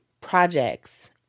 projects